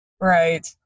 Right